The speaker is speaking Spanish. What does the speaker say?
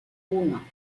uno